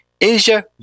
Asia